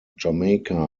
jamaica